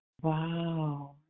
Wow